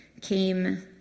came